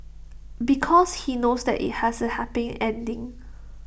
because he knows that IT has A happy ending